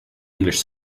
english